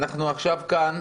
אנחנו עכשיו כאן